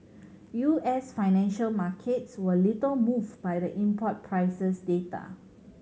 U S financial markets were little moved by the import prices data